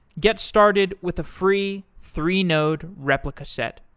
get started with a free three-node replica set,